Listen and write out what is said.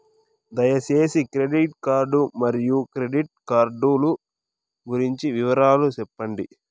దయసేసి credit card మరియు credit card లు గురించి వివరాలు సెప్పండి?